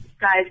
guys